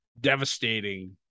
devastating